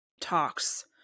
talks